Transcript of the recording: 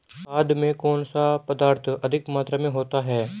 खाद में कौन सा पदार्थ अधिक मात्रा में होता है?